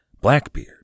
Blackbeard